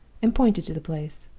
and pointed to the place.